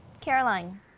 Caroline